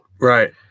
Right